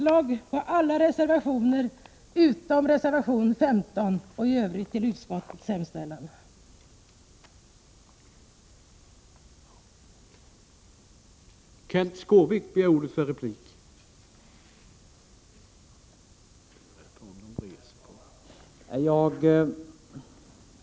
Jag yrkar bifall till reservation 15 och i övrigt till utskottets hemställan, vilket innebär avslag på samtliga övriga reservationer.